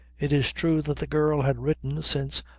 it is true that the girl had written since,